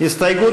יוסי יונה,